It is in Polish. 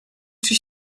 czy